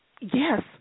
Yes